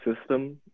system